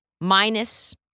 minus